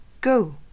Go